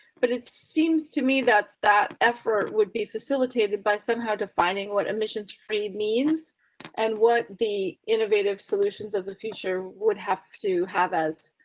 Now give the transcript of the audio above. but it seems to me that that effort would be facilitated by somehow defining what emissions trade means and what the innovative solutions of the future would have to have as.